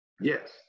Yes